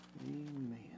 amen